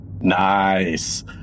Nice